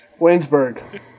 waynesburg